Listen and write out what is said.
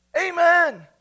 Amen